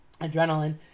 adrenaline